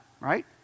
right